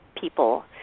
people